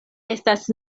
estas